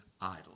idol